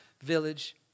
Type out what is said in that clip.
village